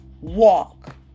walk